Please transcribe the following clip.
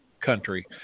country